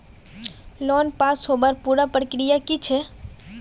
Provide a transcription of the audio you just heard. Loan pass होबार पुरा प्रक्रिया की छे?